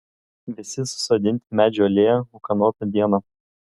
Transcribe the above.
visi susodinti į medžių alėją ūkanotą dieną